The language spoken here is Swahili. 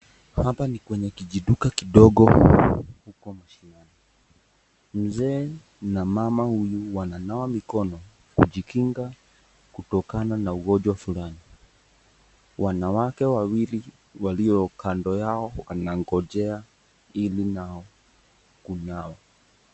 Hapa ni kwenye kijiduka kidogo. Mzee namama wananawa mikono kujikinga kutikana na ugonjwa fulani. Wanawake wawili walio kando yao wanangojea ili waweze kunawa.